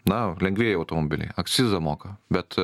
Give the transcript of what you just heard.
na lengvieji automobiliai akcizą moka bet